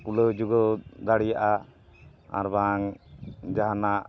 ᱠᱩᱞᱟᱹᱣ ᱡᱩᱜᱟᱹᱣ ᱫᱟᱲᱮᱭᱟᱜᱼᱟ ᱟᱨ ᱵᱟᱝ ᱡᱟᱦᱟᱱᱟᱜ